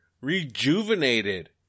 rejuvenated